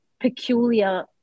peculiar